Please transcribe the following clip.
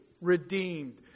redeemed